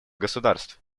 государств